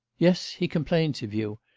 yes, he complains of you.